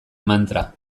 mantra